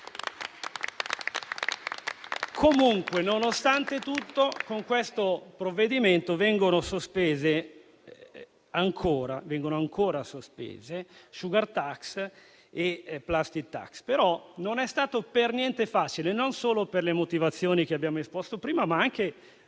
Comunque, nonostante tutto, con questo provvedimento vengono ancora sospese *sugar tax*, e *plastic tax*. Ciò non è stato per niente facile, non solo per le motivazioni che abbiamo esposto prima, ma anche nel